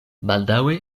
baldaŭe